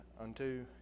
unto